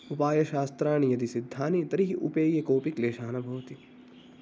उपायशास्त्राणि यदि सिद्धानि तर्हि उपेये कोपि क्लेशः न भवति